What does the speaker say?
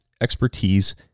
expertise